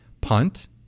punt